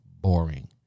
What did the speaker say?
boring